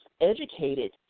educated